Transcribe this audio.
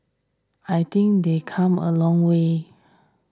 I think they come a long way